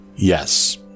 Yes